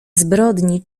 zbrodni